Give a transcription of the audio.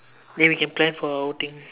then we can plan for a outing